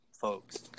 folks